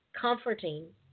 comforting